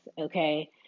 Okay